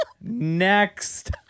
Next